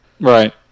Right